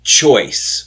choice